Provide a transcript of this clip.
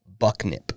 Bucknip